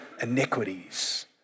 iniquities